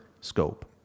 scope